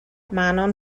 manon